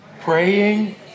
Praying